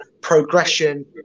progression